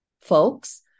folks